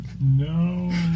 No